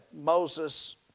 Moses